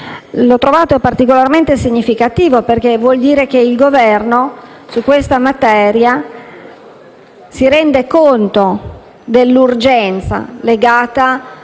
l'ho trovato particolarmente significativo perché vuol dire che il Governo si rende conto dell'urgenza di